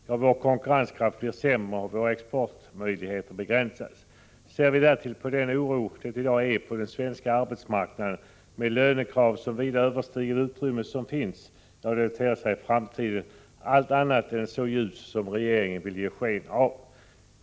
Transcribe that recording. Ja, vår konkurrenskraft blir sämre, och våra exportmöjligheter begränsas. Ser vi därtill på den oro det i dag är på den svenska arbetsmarknaden, med lönekrav som vida överstiger det utrymme som finns, då ter sig framtiden allt annat än så ljus som regeringen vill ge sken av.